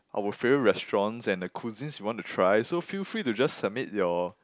our favourite restaurants and the cuisine we want to try so feel free to just submit your